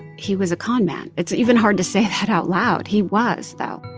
he was a con man. it's even hard to say that out loud. he was, though